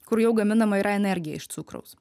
kur jau gaminama yra energija iš cukraus